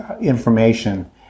information